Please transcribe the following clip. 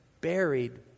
buried